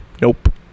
Nope